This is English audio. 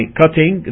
cutting